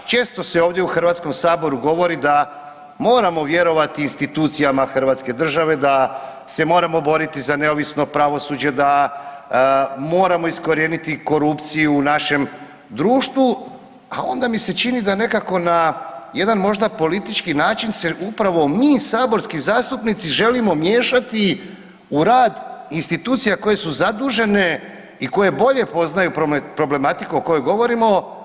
Često se ovdje u Hrvatskom saboru govori da moramo vjerovati institucijama hrvatske države, da se moramo boriti za neovisno pravosuđe, da moramo iskorijeniti korupciju u našem društvu, a onda mi se čini da nekako na jedan možda politički način se upravo mi saborski zastupnici želimo miješati u rad institucija koje su zadužene i koje bolje poznaju problematiku o kojoj govorimo.